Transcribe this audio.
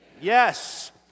Yes